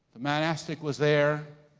the monastic was there